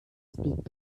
speed